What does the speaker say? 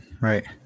Right